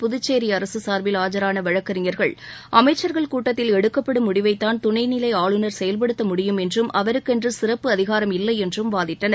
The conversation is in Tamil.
புதுச்சேரி அரசு சா்பில் ஆஜான வழக்கறிஞர்கள் அமைச்சர்கள் கூட்டத்தில் எடுக்கப்படும் முடிவைதான் துணை நிலை ஆளுநர் செயல்படுத்த முடியும் என்றும் அவருக்கென்று சிறப்பு அதிகாரம் இல்லை என்றும் வாதிட்டன்